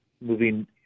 moving